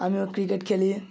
আমিও ক্রিকেট খেলি